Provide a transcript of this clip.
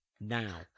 now